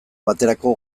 baterako